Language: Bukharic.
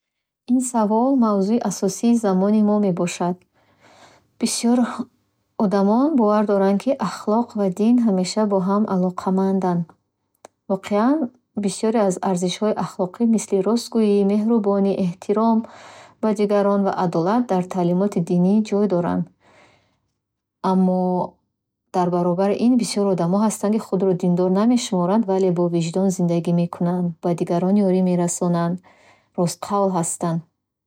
Ин савол мавзӯи асосии замони мо мебошад. Бисёр одамон бовар доранд, ки ахлоқ ва дин ҳамеша бо ҳам алоқаманданд. Воқеан, бисёре аз арзишҳои ахлоқӣ, мисли ростгӯӣ, меҳрубонӣ, эҳтиром ба дигарон ва адолат, дар таълимоти динӣ ҷой доранд. Аммо, дар баробари ин, бисёр одамон ҳастанд, ки худро диндор намешуморанд, вале бо виҷдон зиндагӣ мекунанд, ба дигарон ёрӣ мерасонанд, ростқавл ҳастанд.